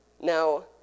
Now